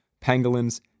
pangolins